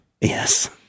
Yes